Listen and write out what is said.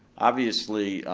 obviously,